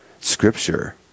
Scripture